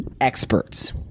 experts